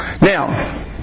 Now